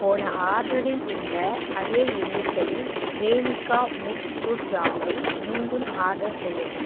போன ஆர்டரில் உள்ள அதே எண்ணிக்கையில் க்ரெமிகா மிக்ஸ் ஃப்ரூட் ஜாமை மீண்டும் ஆர்டர் செய்யவும்